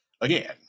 Again